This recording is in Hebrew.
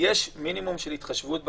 ויש מינימום של התחשבות.